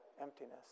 emptiness